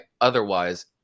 otherwise